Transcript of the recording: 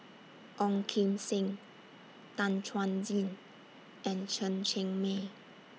Ong Kim Seng Tan Chuan Jin and Chen Cheng Mei